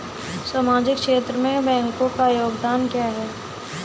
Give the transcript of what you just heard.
सामाजिक क्षेत्र में बैंकों का योगदान क्या है?